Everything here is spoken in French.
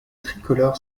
tricolore